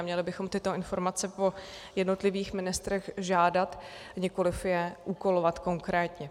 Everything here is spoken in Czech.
Měli bychom tyto informace po jednotlivých ministrech žádat, nikoliv je úkolovat konkrétně.